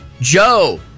Joe